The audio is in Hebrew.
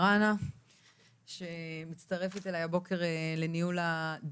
בוקר טוב לכולם.